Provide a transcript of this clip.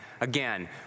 again